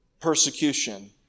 persecution